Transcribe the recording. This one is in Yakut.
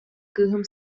кыыһым